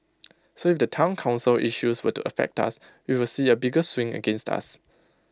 so if the Town Council issues were to affect us we will see A bigger swing against us